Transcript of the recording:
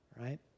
right